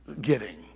giving